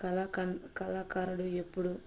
కళాకం కళాకారుడు ఎప్పుడూ